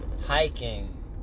Hiking